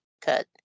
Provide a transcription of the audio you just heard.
cut